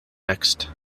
next